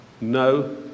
No